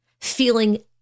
feeling